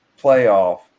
playoff